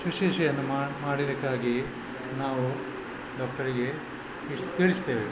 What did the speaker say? ಶೂಶ್ರುಷೆಯನ್ನು ಮಾಡಬೇಕಾಗಿ ನಾವು ಡಾಕ್ಟರಿಗೆ ತಿಳಿಸು ತಿಳಿಸ್ತೇವೆ